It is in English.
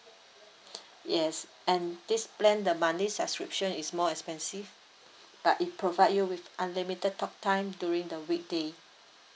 yes and this plan the monthly subscription is more expensive but it provide you with unlimited talk time during the weekday